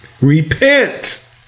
repent